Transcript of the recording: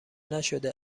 نشده